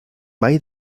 mai